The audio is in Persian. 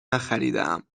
نخریدهام